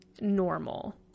normal